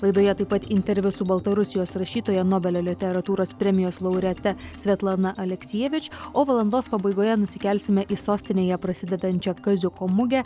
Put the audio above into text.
laidoje taip pat interviu su baltarusijos rašytoja nobelio literatūros premijos laureate svetlana aleksejevič o valandos pabaigoje nusikelsime į sostinėje prasidedančią kaziuko mugę